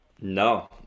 No